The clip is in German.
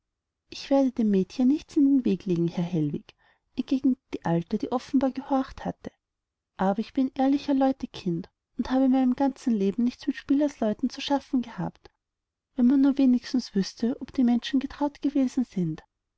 ich werde dem mädchen nichts in den weg legen herr hellwig entgegnete die alte die offenbar gehorcht hatte aber ich bin ehrlicher leute kind und hab in meinem ganzen leben nichts mit spielersleuten zu schaffen gehabt wenn man nur wenigstens wüßte ob die menschen getraut gewesen sind